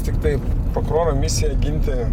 tiktai prokuroro misija ginti